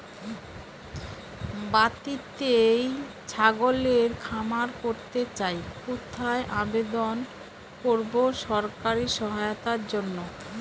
বাতিতেই ছাগলের খামার করতে চাই কোথায় আবেদন করব সরকারি সহায়তার জন্য?